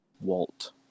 Walt